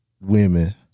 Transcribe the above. women